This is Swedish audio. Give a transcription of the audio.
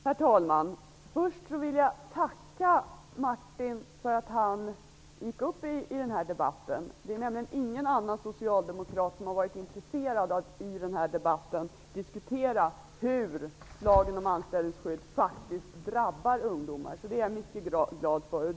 Herr talman! Först vill jag tacka Martin Nilsson för att han gick upp i denna debatt. Det är nämligen ingen annan socialdemokrat som har varit intresserad av att diskutera hur lagen om anställningsskydd faktiskt drabbar ungdomar. Jag är mycket glad för att Martin Nilsson begärde ordet.